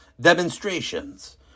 demonstrations